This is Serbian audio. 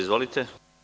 Izvolite.